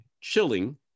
chilling